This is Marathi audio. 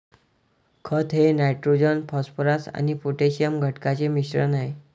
खत हे नायट्रोजन फॉस्फरस आणि पोटॅशियम घटकांचे मिश्रण आहे